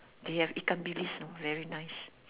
they have ikan-bilis you know very nice